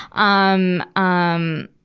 um, um,